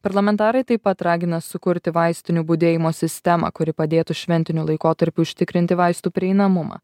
parlamentarai taip pat ragina sukurti vaistinių budėjimo sistemą kuri padėtų šventiniu laikotarpiu užtikrinti vaistų prieinamumą